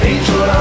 Angel